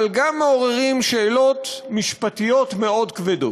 אבל גם מעוררים שאלות משפטיות מאוד כבדות,